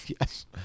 yes